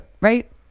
Right